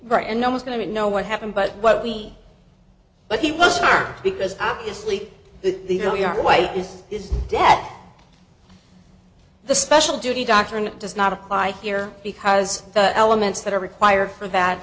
right and no one's going to know what happened but what we but he was firm because obviously the really our white is is dead the special duty doctrine does not apply here because the elements that are required for that